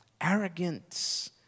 arrogance